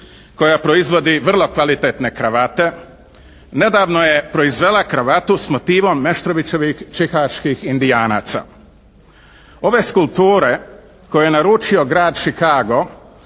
koja proizvodi vrlo kvalitetne kravate, nedavno je proizvela kravatu s motivom Meštrovićevih čikaških Indijanaca. Ove skulpture koje je naručio grad Čikago